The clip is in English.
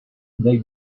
they